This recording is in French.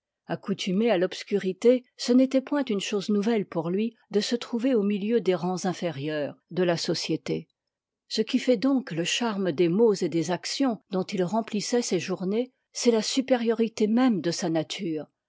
accoutumé à l'obscurité ce n'étoit point une chose nouvelle pour lui de se trouver ïiu milieu des rangs inférieurs de la société ce qui fait donc le charme des mots et des actions dont il remplissoit ses journées c'est la supériorité même de sa nature